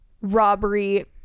robbery